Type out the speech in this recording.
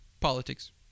Politics